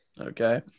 okay